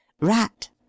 rat